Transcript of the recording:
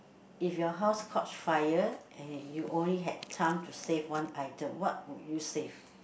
if your house caught fire and you only had time to save one item what would you save